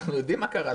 אנחנו יודעים מה קרה.